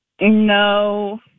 No